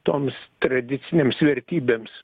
toms tradicinėms vertybėms